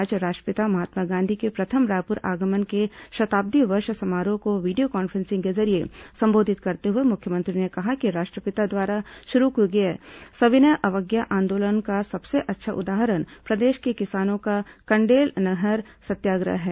आज राष्ट्रपिता महात्मा गांधी के प्रथम रायपुर आगमन के शताब्दी वर्ष समारोह को वीडियो कॉन्फ्रेंसिंग के जरिये संबोधित करते हुए मुख्यमंत्री ने कहा कि राष्ट्रपिता द्वारा शुरू किए गए सविनय अवज्ञा आंदोलन का सबसे अच्छा उदाहरण प्रदेश के किसानों का कंडेल नहर सत्याग्रह है